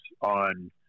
on